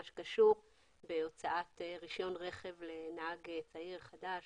שקשור להוצאת רישיון רכב לנהג צעיר חדש